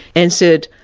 and said,